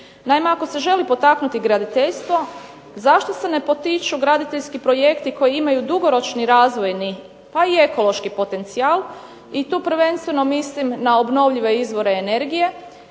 Naime, ako se želi potaknuti graditeljstvo zašto se ne potiču graditeljski projekti koji imaju dugoročni razvojni, pa i ekološki potencijal, i tu prvenstveno mislim na obnovljive izvore energije,